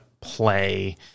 play